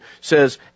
says